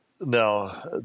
Now